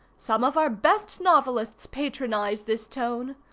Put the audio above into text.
some of our best novelists patronize this tone.